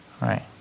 Right